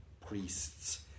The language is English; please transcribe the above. priests